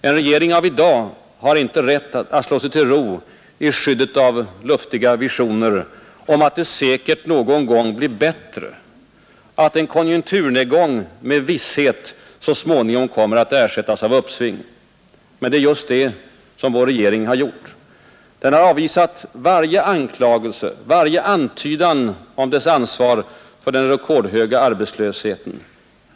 En regering av i dag har inte rätt att slå sig till ro i skyddet av luftiga visioner om att det säkert någon gång blir bättre och att en konjunkturnedgång med visshet så småningom kommer att ersättas av ett uppsving. Men det är just det som vår regering har gjort. Den har avvisat varje anklagelse, varje antydan om dess ansvar för den rekordhöga arbetslösheten.